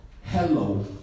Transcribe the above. hello